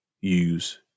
use